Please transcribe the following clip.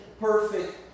perfect